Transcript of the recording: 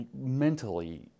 mentally